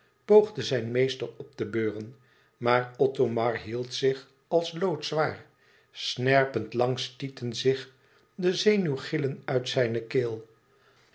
poogde zijn meester op te beuren maar othomar hield zich als loodzwaar snerpend lang stieten zich de zenuwgillen uit zijne keel